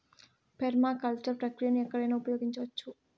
permaculture ప్రక్రియను ఎక్కడైనా ఉపయోగించవచ్చు